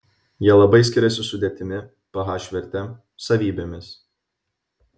jie labai skiriasi sudėtimi ph verte savybėmis